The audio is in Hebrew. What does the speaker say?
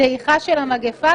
בדעיכה של המגיפה.